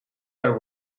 are